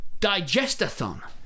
digestathon